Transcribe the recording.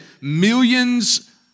millions